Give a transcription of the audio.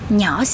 nhỏ